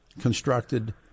constructed